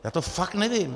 Já to fakt nevím.